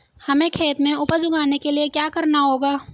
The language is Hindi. हमें खेत में उपज उगाने के लिये क्या करना होगा?